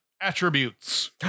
attributes